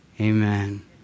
Amen